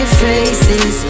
faces